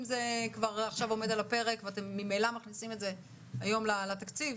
אם זה כבר עכשיו עומד על הפרק ואתם ממילא מכניסים את זה היום לתקציב,